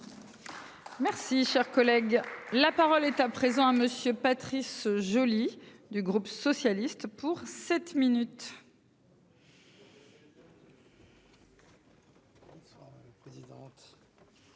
Merci, cher collègue, la parole est à présent hein. Monsieur Patrice Joly du groupe socialiste pour 7 minutes.